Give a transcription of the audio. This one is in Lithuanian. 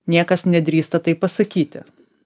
niekas nedrįsta tai pasakyti